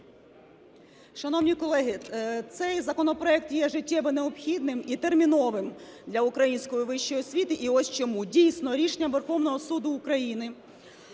Шановні колеги, цей законопроект є життєво необхідним і терміновим для української вищої освіти і ось чому. Дійсно, рішенням Верховного Суду України